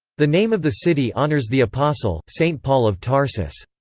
the name of the city honors the apostle, saint paul of tarsus.